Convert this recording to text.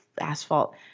asphalt